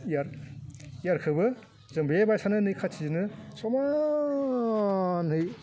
year इयारखौबो जों बे बायसानो नै खाथिजोंनो समानै